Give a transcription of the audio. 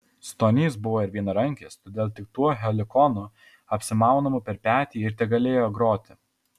stonys buvo ir vienarankis todėl tik tuo helikonu apsimaunamu per petį ir tegalėjo groti